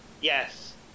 Yes